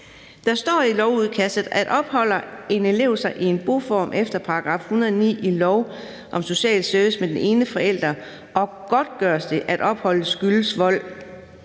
Der står i lovudkastet: »Opholder en elev sig i en boform efter § 109 i lov om social service med den ene forælder, og godtgøres det, at opholdet skyldes vold